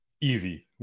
easy